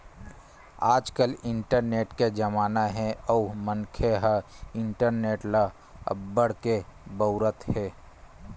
आजकाल इंटरनेट के जमाना हे अउ मनखे ह इंटरनेट ल अब्बड़ के बउरत हे